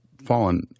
fallen